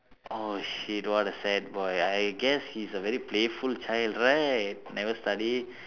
oh shit what a sad boy I guess he's a very playful child right never study